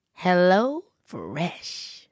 HelloFresh